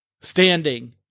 standing